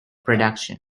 production